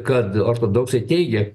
kad ortodoksai teigia